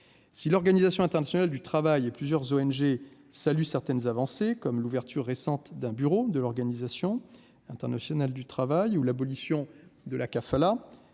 si l'Organisation internationale du travail, et plusieurs ONG salut certaines avancées, comme l'ouverture récente d'un bureau de l'Organisation internationale du travail ou l'abolition de la kafala